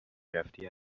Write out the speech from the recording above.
رفتی